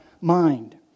mind